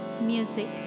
music